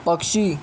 पक्षी